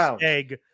egg